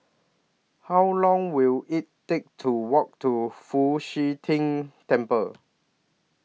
How Long Will IT Take to Walk to Fu Xi Tang Temple